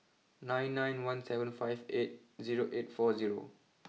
nine nine one seven five eight zero eight four zero